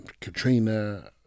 Katrina